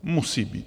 Musí být.